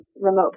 remote